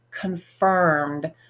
confirmed